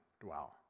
dwell